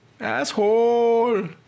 Asshole